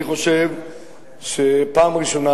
אני חושב שפעם ראשונה,